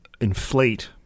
inflate